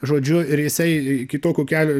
žodžiu ir jisai kitokio kelio